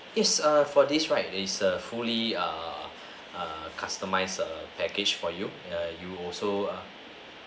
yes err for this right is a fully err err customized err package for you err you also err